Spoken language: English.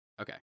okay